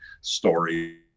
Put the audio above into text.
story